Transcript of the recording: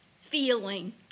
feeling